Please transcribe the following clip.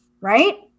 right